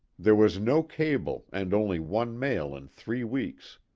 there was no cable, and only one mail in three weeks!